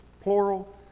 plural